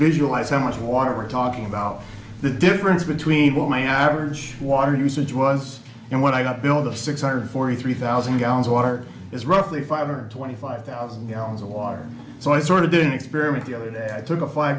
visualize how much water we're talking about the difference between what my average water usage was and what i got below the six hundred forty three thousand gallons water is roughly five hundred twenty five thousand gallons of water so i sort of didn't experiment the other day i took a five